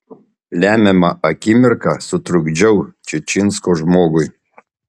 lemiamą akimirką sutrukdžiau čičinsko žmogui